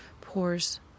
pours